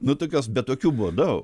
nu tokios bet tokių buvo dau